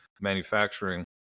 manufacturing